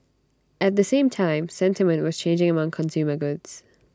at the same time sentiment was changing among consumer goods